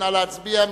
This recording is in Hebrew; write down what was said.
נא להצביע.